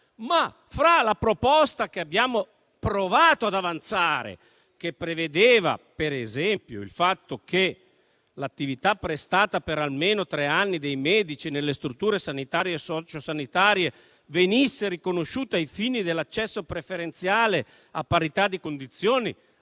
La proposta che abbiamo provato ad avanzare prevedeva, per esempio, il fatto che l'attività prestata per almeno tre anni dai medici nelle strutture sanitarie e sociosanitarie venisse riconosciuta ai fini dell'accesso preferenziale, a parità di condizioni,